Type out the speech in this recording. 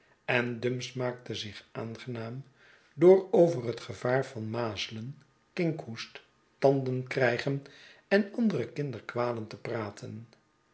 en dumps maakte zich aangenaam door over het gevaar van mazelen kinkhoest tanden krijgen en andere kinderkwalen te praten